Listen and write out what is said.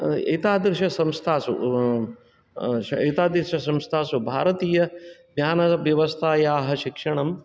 एतादृश संस्थासु एतादृश संस्थासु भारतीयज्ञानव्यवस्थायाः शिक्षणं भवति